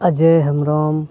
Ajoy Hembrom